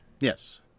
Yes